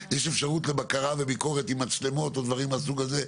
ויש אפשרות לבקרה וביקורת עם מצלמות או דברים מהסוג הזה,